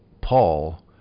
Paul